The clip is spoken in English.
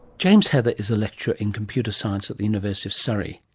james heather is a lecturer in computer science at the university of surry,